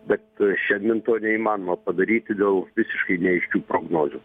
bet šiandien to neįmanoma padaryti dėl visiškai neaiškių prognozių